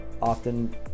often